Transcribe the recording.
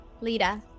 Lita